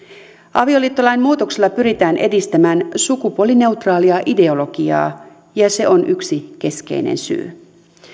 avioliittolain muutoksella pyritään edistämään sukupuolineutraalia ideologiaa ja se on yksi keskeinen syy